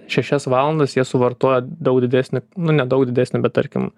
šešias valandas jie suvartoja daug didesnį nu nedaug didesnį bet tarkim